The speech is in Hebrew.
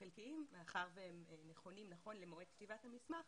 חלקיים מאחר שהם נכונים נכון למועד כתיבת המסמך,